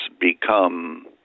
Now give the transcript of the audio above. become